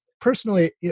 personally